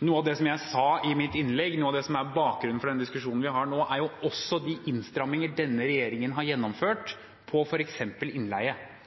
Noe av det jeg sa i mitt innlegg, noe av det som er bakgrunnen for denne diskusjonen vi har nå, er jo også de innstramminger denne regjeringen har gjennomført på f.eks. innleie.